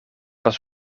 was